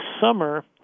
summer